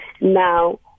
Now